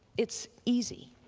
it's easy.